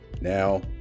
Now